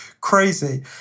crazy